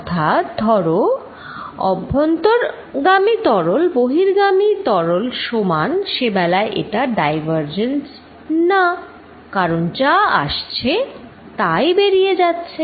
অর্থাৎ ধরো অভ্যন্তর্গামী তরল বহির্গামী তরলের সমান সেবেলায় এটা ডাইভারজেন্স না কারণ যা আসছে তাই বেরিয়ে যাচ্ছে